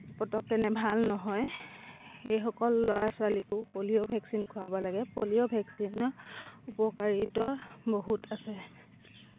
পটককৈ এনে ভাল নহয় সেই সকলো ল'ৰা ছোৱালীকো পলিঅ' ভেক্সিন খুৱাব লাগে পলিঅ' ভেক্সিনৰ উপকাৰিতা বহুত আছে